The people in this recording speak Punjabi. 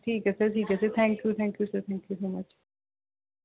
ਠੀਕ ਹੈ ਸਰ ਠੀਕ ਹੈ sir thank you thank you sir thank you so much